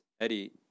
Eddie